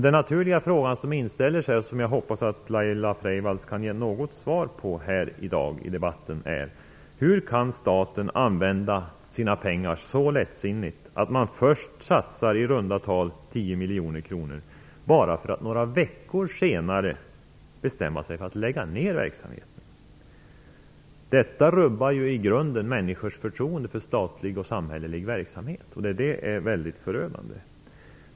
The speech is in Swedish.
Den naturliga fråga som inställer sig och som jag hoppas att Laila Freivalds kan ge något svar på i dag är: Hur kan staten använda sina pengar så lättsinnigt att man först satsar i runda tal 10 miljoner kronor för att bara några veckor senare bestämma sig för att lägga ned verksamheten? Detta rubbar ju i grunden människors förtroende för statlig och samhällelig verksamhet. Det är förödande.